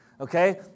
okay